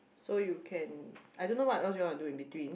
so you can I don't know what else you want to do in between